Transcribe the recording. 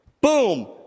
Boom